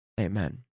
amen